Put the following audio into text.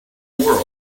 world